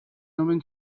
omen